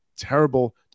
terrible